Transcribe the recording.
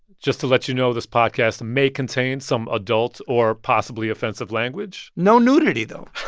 just to let you know, this podcast may contain some adult or possibly offensive language no nudity, though